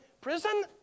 prison